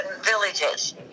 villages